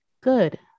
Good